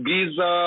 Giza